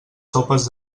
sopes